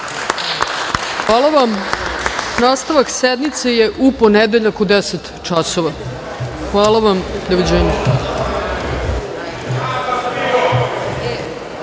Hvala vam. Nastavak sednice je u ponedeljak u 10.00 časova. Hvala vam.